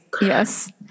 yes